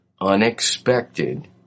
unexpected